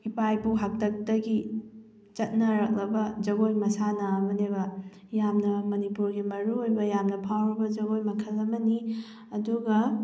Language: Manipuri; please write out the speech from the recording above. ꯏꯃꯥ ꯏꯄꯨ ꯍꯥꯛꯇꯛꯇꯒꯤ ꯆꯠꯅꯔꯛꯂꯕ ꯖꯒꯣꯏ ꯃꯁꯥꯟꯅ ꯑꯃꯅꯦꯕ ꯌꯥꯝꯅ ꯃꯅꯤꯄꯨꯔꯒꯤ ꯃꯔꯨꯑꯣꯏꯕ ꯌꯥꯝꯅ ꯐꯥꯎꯔꯕ ꯖꯒꯣꯏ ꯃꯈꯜ ꯑꯃꯅꯤ ꯑꯗꯨꯒ